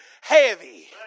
heavy